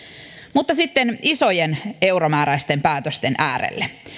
mutta sitten isojen euromääräisten päätösten äärelle